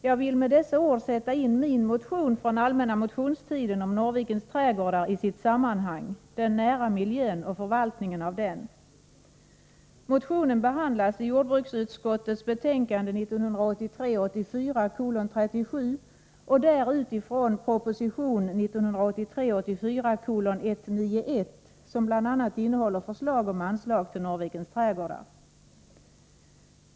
Jag vill med dessa ord sätta in min motion från den allmänna motionstiden om Norrvikens trädgårdar i sitt sammanhang, den nära miljön och förvaltningen av den. Motionen behandlas i jordbruksutskottets betänkande 37 med utgångspunkt i proposition 1983/84:191, som bl.a. innehåller förslag om anslag till Norrvikens trädgårdar.